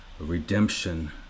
redemption